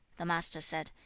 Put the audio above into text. the master said,